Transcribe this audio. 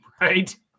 Right